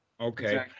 okay